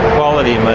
quality but